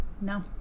No